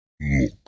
Look